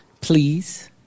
Please